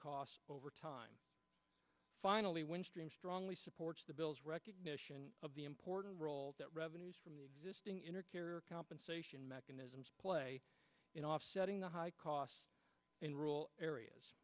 costs over time finally when stream strongly supports the bill's recognition of the important role that revenues from existing in or care compensation mechanisms play in offsetting the high costs in rural areas